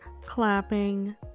clapping